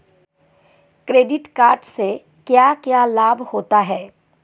Credit card से क्या क्या लाभ होता है?